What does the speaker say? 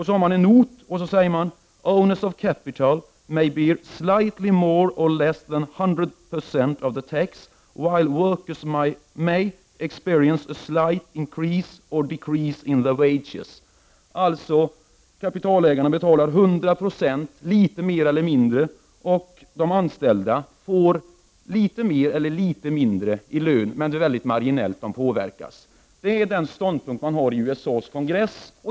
I en not säger man: ”-— --owners of capital may bear slightly more or less than 100 percent of the tax, while workers may experience a slight increase or decrease in their wages.” Kapitalägarna betalar således litet mer eller mindre än 100 96, och de anställda får litet mer eller mindre i lön. Men det är väldigt marginellt som dessa påverkas. Det är den ståndpunkt som man har i USA:s kongress.